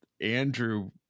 Andrew